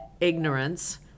ignorance